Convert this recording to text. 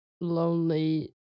lonely